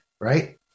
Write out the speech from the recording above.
right